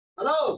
Hello